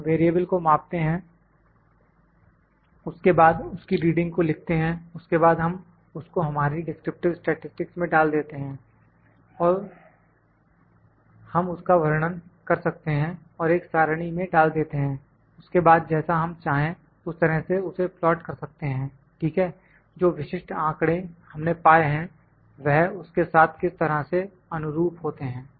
हम वेरिएबल को मापते हैं उसके बाद उसकी रीडिंग को लिखते हैं उसके बाद हम उसको हमारी डिस्क्रिप्टिव स्टैटिसटिक्स में डाल देते हैं हम उसका वर्णन कर सकते हैं और एक सारणी में डाल देते हैं उसके बाद जैसा हम चाहें उस तरह से उसे प्लाट कर सकते हैं ठीक है जो विशिष्ट आंकड़े हमने पाए हैं वह उसके साथ किस तरह से अनुरूप होते हैं